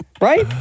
Right